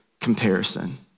comparison